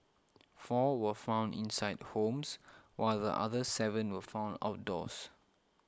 four were found inside homes while the other seven were found outdoors